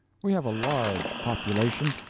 we have a large population,